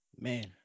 Man